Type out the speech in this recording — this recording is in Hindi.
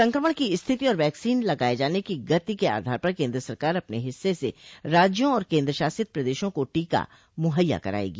संक्रमण की स्थिति और वैक्सीन लगाय जाने की गति के आधार पर केन्द्र सरकार अपने हिस्से से राज्यों और केन्द्र शासित प्रदेशों को टीका मुहैया करायेगी